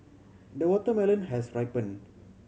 the watermelon has ripen